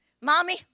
Mommy